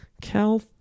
Cal